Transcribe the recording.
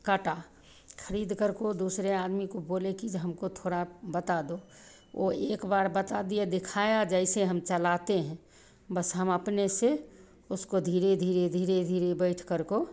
काँटा खरीद करके दूसरे आदमी को बोले कि जो हमको थोड़ा बता दो वह एक बार बता दिया दिखाया जैसे हम चलाते हैं बस हम अपने से उसको धीरे धीरे धीरे धीरे बैठ करको